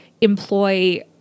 employ